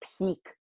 peak